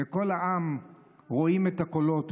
וכל העם רואים את הקולות,